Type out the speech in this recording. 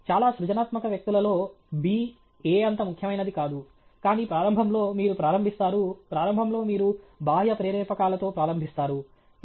చాలా సృజనాత్మక వ్యక్తులలో b a అంత ముఖ్యమైనది కాదు కానీ ప్రారంభంలో మీరు ప్రారంభిస్తారు ప్రారంభంలో మీరు బాహ్య ప్రేరేపకాలతో ప్రారంభిస్తారు